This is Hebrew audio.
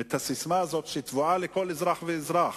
את הססמה הזאת, שטבועה בכל אזרח ואזרח: